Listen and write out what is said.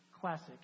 classic